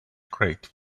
grate